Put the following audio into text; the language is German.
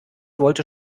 wollte